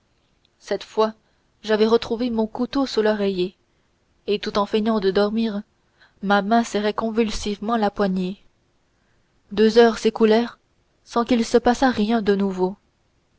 cette fois j'avais retrouvé mon couteau sous l'oreiller et tout en feignant de dormir ma main serrait convulsivement la poignée deux heures s'écoulèrent sans qu'il se passât rien de nouveau